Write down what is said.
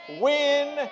win